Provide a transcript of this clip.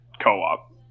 co-op